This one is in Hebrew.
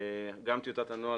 גם טיוטת הנוהל,